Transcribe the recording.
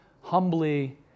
humbly